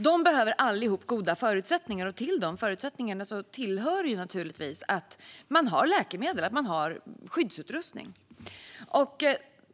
De behöver allihop goda förutsättningar, och till dessa förutsättningar hör naturligtvis att man har läkemedel och skyddsutrustning. Herr talman!